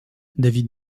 david